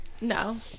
No